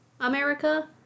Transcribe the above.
America